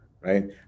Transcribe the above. Right